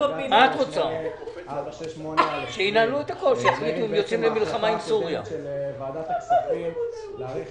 בג"ץ 468/20 נגד ההחלטה הקודמת של ועדת הכספים להאריך